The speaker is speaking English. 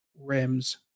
rims